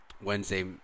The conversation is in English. Wednesday